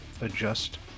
adjust